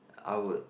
I would